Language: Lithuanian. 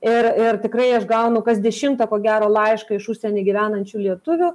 ir ir tikrai aš gaunu kas dešimtą ko gero laišką iš užsieny gyvenančių lietuvių